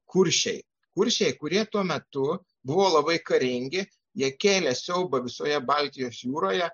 kuršiai kuršiai kurie tuo metu buvo labai karingi jie kėlė siaubą visoje baltijos jūroje